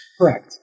correct